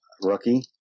rookie